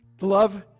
Love